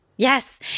Yes